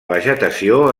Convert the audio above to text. vegetació